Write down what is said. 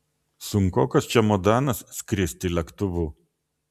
sunkokas čemodanas skristi lėktuvu